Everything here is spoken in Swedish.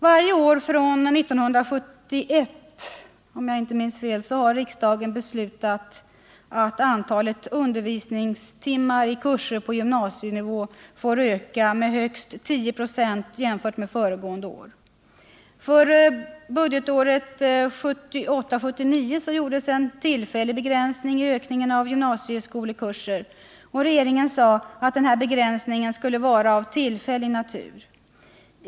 Varje år från 1971 — om jag inte minns fel — har riksdagen beslutat att antalet undervisningstimmar i kurser på gymnasienivå får öka med högst 10 96 jämfört med föregående år. För budgetåret 1978/79 gjordes en tillfällig begränsning i ökningen av gymnasieskolekurser. Regeringen sade att denna begränsning skulle vara av tillfällig natur.